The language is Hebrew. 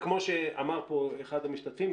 וכמו שאמר פה אחד המשתתפים,